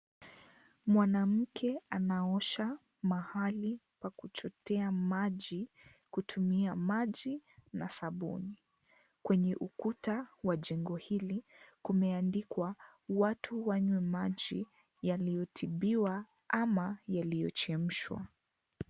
Mwanamke anaosha mahali pa kuchotea maji kutumia maji na sabuni. Kwenye ukuta wa jengo hili, kumeandikwa, watu wanywe maji yaliyotibiwa ama yaliyochemshwa.